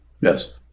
Yes